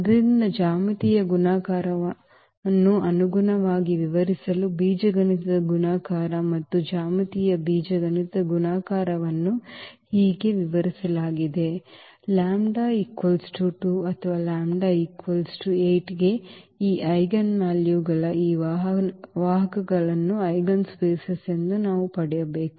ಆದ್ದರಿಂದ ಜ್ಯಾಮಿತೀಯ ಗುಣಾಕಾರವನ್ನು ಅನುಗುಣವಾಗಿ ವಿವರಿಸಲು ಬೀಜಗಣಿತದ ಗುಣಾಕಾರ ಮತ್ತು ಜ್ಯಾಮಿತೀಯ ಬೀಜಗಣಿತದ ಗುಣಾಕಾರವನ್ನು ಹೀಗೆ ವಿವರಿಸಲಾಗಿದೆ λ 2 ಅಥವಾ λ 8 ಗೆ ಈ ಐಜೆನ್ ವ್ಯಾಲ್ಯೂ ಗಳ ಈ ವಾಹಕಗಳ ಐಜೆನ್ ಸ್ಪೇಸ್ ವನ್ನು ನಾವು ಪಡೆಯಬೇಕು